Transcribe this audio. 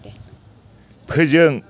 फोजों